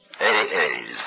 AAs